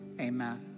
Amen